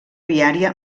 viària